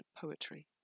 poetry